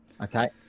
Okay